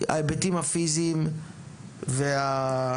ההיבטים הפיזיים והבטיחותיים.